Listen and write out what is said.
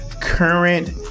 current